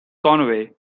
conway